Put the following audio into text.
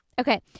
Okay